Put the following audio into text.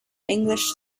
english